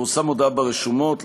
תפורסם הודעה ברשומות,